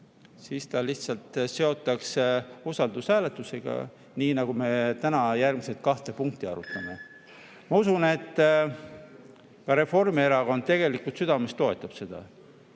Siis ta lihtsalt seotakse usaldushääletusega, nii nagu me täna kahte järgmist punkti arutame. Ma usun, et ka Reformierakond tegelikult südames toetab seda.